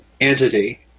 entity